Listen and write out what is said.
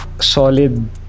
solid